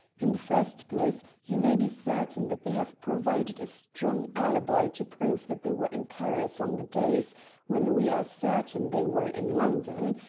in the first place, you may be certain that they have provided a strong alibi to prove that they were in paris on the days when we are certain they were in london.